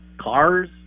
cars